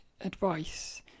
advice